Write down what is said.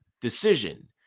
decision